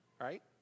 right